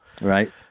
Right